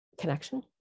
connection